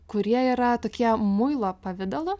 kurie yra tokie muilo pavidalu